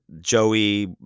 Joey